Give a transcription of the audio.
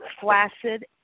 flaccid